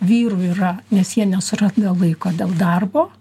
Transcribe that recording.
vyrų yra nes jie nesuranda laiko dėl darbo